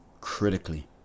critically